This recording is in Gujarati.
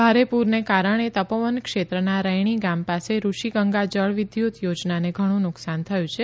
ભારે પૂરને કારણે તપોવન ક્ષેત્રના રૈણી ગામ પાસે ઋષિગંગા જળવિદ્યુત યોજનાને ઘણુ નુકશાન થયું છે